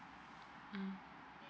mm